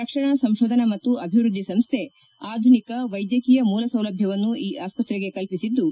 ರಕ್ಷಣಾ ಸಂಶೋಧನಾ ಮತ್ತು ಅಭಿವ್ಯದ್ಲಿ ಸಂಶ್ಲೆ ಆಧುನಿಕ ವೈದ್ಯಕೀಯ ಮೂಲ ಸೌಲಭ್ಯವನ್ನು ಈ ಆಸ್ತತೆಗೆ ಕಲ್ಪಿಸಿದ್ಲು